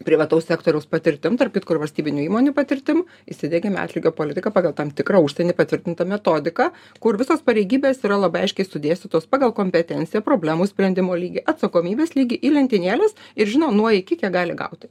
privataus sektoriaus patirtim tarp kitko ir valstybinių įmonių patirtim įsidiegėme atlygio politiką pagal tam tikrą užsieny patvirtintą metodiką kur visos pareigybės yra labai aiškiai sudėstytos pagal kompetenciją problemų sprendimo lygį atsakomybės lygį į lentynėles ir žino nuo iki kiek gali gauti